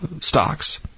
stocks